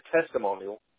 testimonial